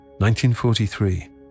1943